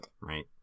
right